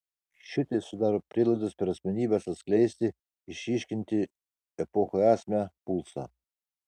šitai sudaro prielaidas per asmenybes atskleisti išryškinti epochų esmę pulsą